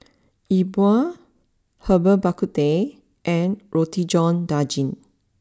Yi Bua Herbal Bak Ku Teh and Roti John Daging